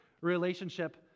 relationship